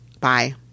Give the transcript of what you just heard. Bye